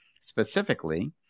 Specifically